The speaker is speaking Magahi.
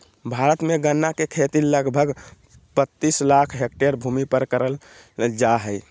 भारत में गन्ना के खेती लगभग बत्तीस लाख हैक्टर भूमि पर कइल जा हइ